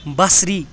بصری